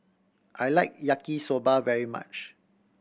I like Yaki Soba very much